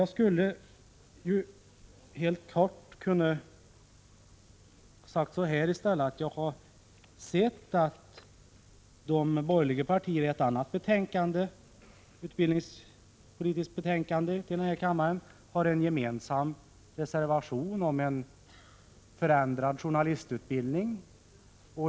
Jag skulle helt kort ha kunnat säga, att jag har sett att de borgerliga partierna i ett annat utbildningspolitiskt betänkande till den här kammaren har en gemensam reservation om en förändrad journalistutbildning.